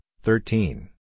thirteen